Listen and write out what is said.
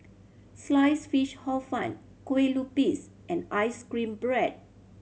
slice fish Hor Fun Kueh Lupis and ice cream bread